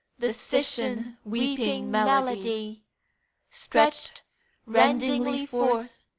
the cissian weeping melody stretched rendingly forth,